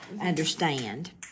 understand